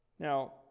Now